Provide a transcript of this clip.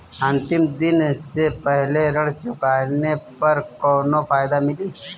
अंतिम दिन से पहले ऋण चुकाने पर कौनो फायदा मिली?